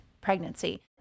pregnancy